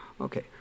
Okay